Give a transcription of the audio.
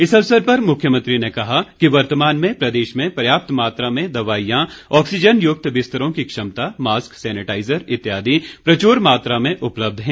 इस अवसर पर मुख्यमंत्री ने कहा कि वर्तमान में प्रदेश में पर्याप्त मात्रा में दवाईयां ऑक्सीजनयुक्त बिस्तरों की क्षमता मास्क सेनेटाइजर इत्यादि प्रचुर मात्रा में उपलब्ध हैं